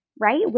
right